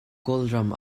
kawlram